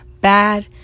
bad